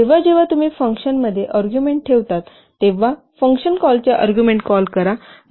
जेव्हा जेव्हा तुम्ही फंक्शनमध्ये अर्ग्युमेण्ट ठेवता तेव्हा फंक्शन कॉलच्या अर्ग्युमेण्ट कॉल करा म्हणजे त्यांना ऑपरेंड्स समजले जाते